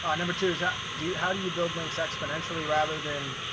ah number two is how do you how do you build links exponentially rather than